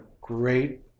great